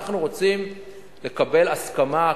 אנחנו רוצים לקבל הסכמה,